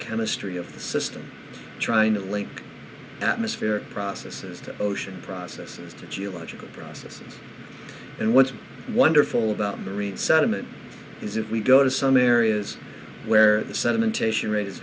geochemistry of the system trying to link atmospheric processes to ocean processes to geological processes and what's wonderful about marine sediment is if we go to some areas where the sedimentation rate is